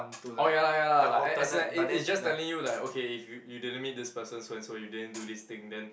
oh ya lah ya lah like as as in like it it's just telling you like okay if you you didn't meet this person so and so you didn't do this thing then